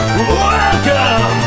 Welcome